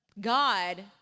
God